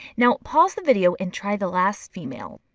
now pause the video and try the last female.